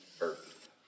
earth